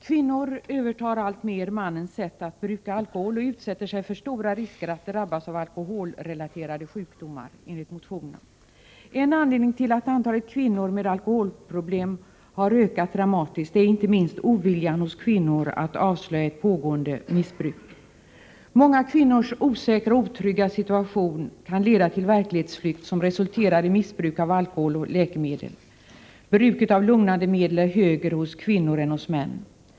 Kvinnor övertar alltmer mannens sätt att bruka alkohol och utsätter sig för stora risker att drabbas av alkoholrelaterade sjukdomar. En anledning till att antalet kvinnor med alkoholproblem har ökat dramatiskt är inte minst oviljan hos kvinnor att avslöja ett pågående missbruk. En osäker och otrygg situation leder ofta till verklighetsflykt, som resulterar i missbruk av alkohol och läkemedel. Bruket av lugnande medel är högre hos kvinnor än hos män.